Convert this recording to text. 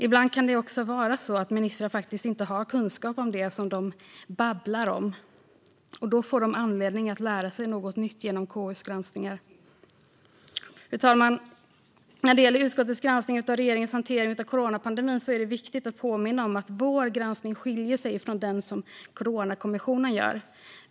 Ibland kan det också vara så att ministrar faktiskt inte har kunskap om det som de babblar om, och då får de anledning att lära sig något nytt genom KU:s granskningar. Fru talman! När det gäller utskottets granskning av regeringens hantering av coronapandemin är det viktigt att påminna om att vår granskning skiljer sig från den som Coronakommissionen gör.